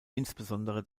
insbesondere